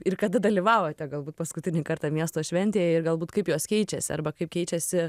ir kada dalyvavote galbūt paskutinį kartą miesto šventėje ir galbūt kaip jos keičiasi arba kaip keičiasi